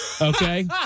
Okay